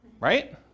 right